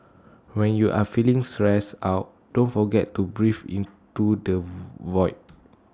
when you are feeling stressed out don't forget to breathe into the void